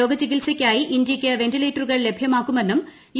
രോഗചികിത്സയ്ക്കായി ഇന്ത്യയ്ക്ക് വെന്റിലേറ്ററുകൾ ലഭ്യമാക്കുമെന്നും യു